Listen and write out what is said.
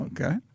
Okay